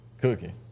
cooking